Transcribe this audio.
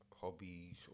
hobbies